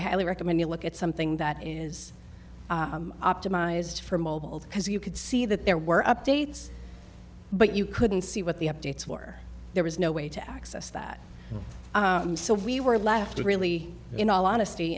i highly recommend you look at something that is optimized for mobile because you could see that there were updates but you couldn't see what the updates were there was no way to access that so we were left really in all honesty